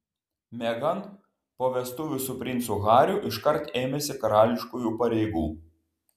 meghan po vestuvių su princu hariu iškart ėmėsi karališkųjų pareigų